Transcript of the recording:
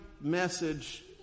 message